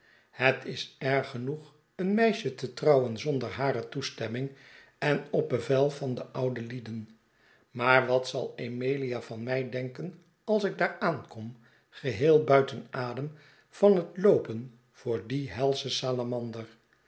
het is erg genoeg een meisje te trouwen zonder hare toestemming en op bevel van de oude lieden maar wat zal emilia van mij denken als ik daar aankom geheel buiten adem van het loopen voor dien helschen salamander